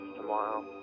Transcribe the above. tomorrow